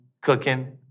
cooking